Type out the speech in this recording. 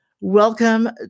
Welcome